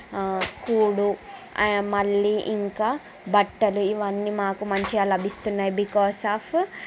కూడు మళ్ళీ ఇంకా బట్టలు ఇవన్నీ మాకు మంచిగా లభిస్తున్నాయి బికాస్ ఆఫ్